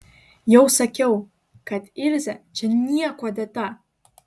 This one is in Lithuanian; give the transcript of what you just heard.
jau sakiau kad ilzė čia niekuo dėta